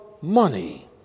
money